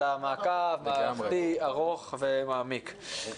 אלא מעקב מערכתי ארוך ומעמיק.